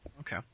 Okay